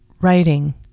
writing